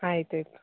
ಆಯ್ತು ಆಯ್ತು